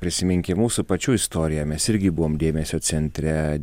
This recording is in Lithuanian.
prisiminkim mūsų pačių istoriją mes irgi buvom dėmesio centre